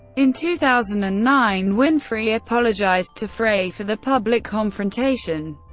in two thousand and nine, winfrey apologized to frey for the public confrontation.